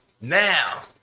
now